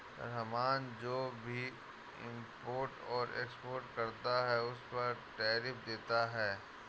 रहमान जो भी इम्पोर्ट और एक्सपोर्ट करता है उस पर टैरिफ देता है